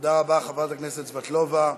תודה רבה, חברת הכנסת סבטלובה.